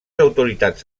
autoritats